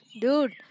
Dude